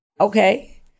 okay